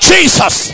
Jesus